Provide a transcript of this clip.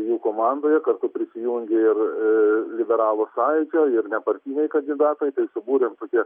jų komandoje kartu prisijungė ir liberalų sąjūdžio ir nepartiniai kandidatai subūrėm tokią